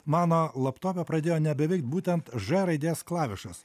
mano laptope pradėjo nebeveikt būtent ž raidės klavišas